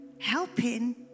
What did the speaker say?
helping